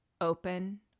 open